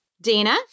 Dana